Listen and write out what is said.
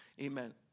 Amen